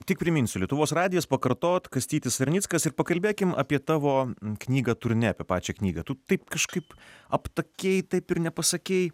tik priminsiu lietuvos radijas pakartot kastytis sarnickas ir pakalbėkim apie tavo knygą turnė apie pačią knygą tu taip kažkaip aptakiai taip ir nepasakei